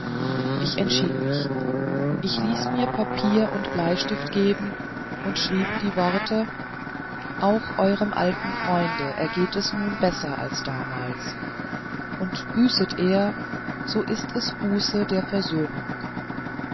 ich entschied mich ich ließ mir papier und bleistift geben und schrieb die worte auch eurem alten freunde ergeht es nun besser als damals und büßet er so ist es buße der versöhnung